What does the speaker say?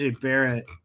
barrett